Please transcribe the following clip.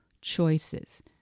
choices